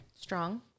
Strong